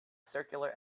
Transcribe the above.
circular